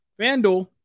FanDuel